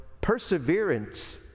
perseverance